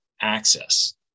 access